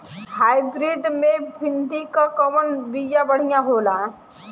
Hybrid मे भिंडी क कवन बिया बढ़ियां होला?